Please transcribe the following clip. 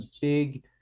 big